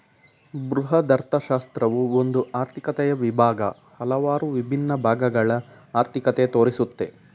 ಬೃಹದರ್ಥಶಾಸ್ತ್ರವು ಒಂದು ಆರ್ಥಿಕತೆಯ ವಿಭಾಗ, ಹಲವಾರು ವಿಭಿನ್ನ ಭಾಗಗಳ ಅರ್ಥಿಕತೆ ತೋರಿಸುತ್ತೆ